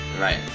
right